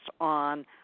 on